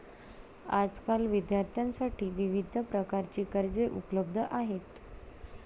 आजकाल विद्यार्थ्यांसाठी विविध प्रकारची कर्जे उपलब्ध आहेत